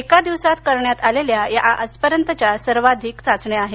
एका दिवसात करण्यात आलेल्या या आजपर्यंतच्या सर्वाधिक चाचण्या आहेत